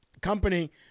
company